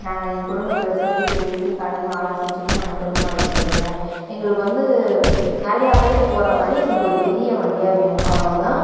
நாங்கள் எங்கள் குடும்பத்தில் சொல்லி பேசி கலந்து ஆலோசிச்சுட்டு நாங்கள் திரும்ப அதை சொல்லுவோம் எங்களுக்கு வந்து நெறைய பேர் போகிற மாதிரி எங்களுக்கு ஒரு பெரிய வண்டியாக வேணும் அவ்வளோ தான்